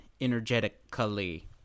energetically